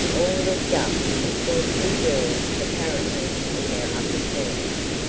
all looked up and saw two girls apparently in their upper teens,